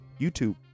YouTube